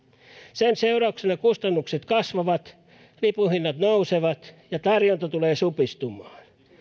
sen seurauksena kustannukset kasvavat lipunhinnat nousevat ja tarjonta tulee supistumaan